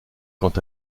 quant